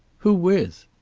who with?